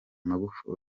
magufuli